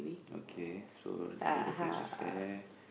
okay so the difference is there